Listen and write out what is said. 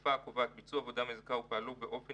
ובתקופה הקובעת ביצעו עבודה מזכה ופעלו באופן